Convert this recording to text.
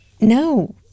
no